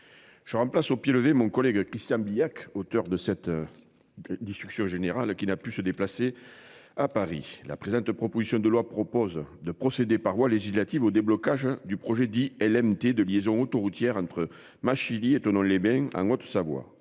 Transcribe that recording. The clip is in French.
Je remplace au pied levé mon collègue Christian Billac, auteur de cette. Discussion générale qui n'a pu se déplacer à Paris la présente, proposition de loi propose de procéder par voie législative au déblocage du projet, dit-elle. M.t. de liaison autoroutière entre ma Chili et Thonon-les-Bains en Haute Savoie